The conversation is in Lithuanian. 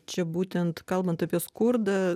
čia būtent kalbant apie skurdą